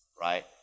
right